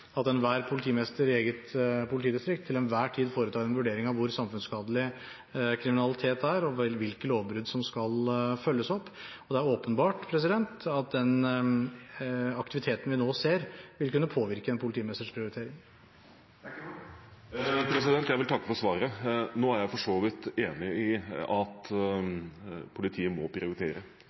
at enhver politimester i eget politidistrikt til enhver tid foretar en vurdering av hvor samfunnsskadelig kriminalitet er, og hvilke lovbrudd som skal følges opp, og det er åpenbart at den aktiviteten vi nå ser, vil kunne påvirke en politimesters prioriteringer. Jeg vil takke for svaret. Nå er jeg for så vidt enig i at politiet må prioritere,